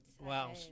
Wow